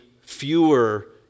fewer